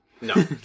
No